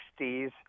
60s